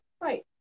Right